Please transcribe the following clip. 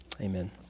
Amen